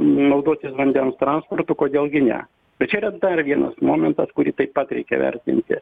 naudotis vandens transportu kodėl gi ne bet čia yra dar vienas momentas kurį taip pat reikia vertinti